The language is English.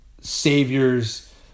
saviors